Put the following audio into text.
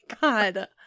God